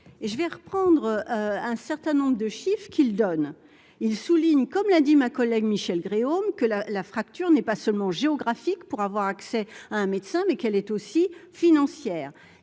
je vais reprendre un certain nombre de chiffre qu'il donne, il souligne, comme l'a dit ma collègue Michelle Gréaume que la la fracture n'est pas seulement géographique pour avoir accès à un médecin, mais qu'elle est aussi financière